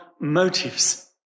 motives